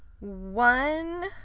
one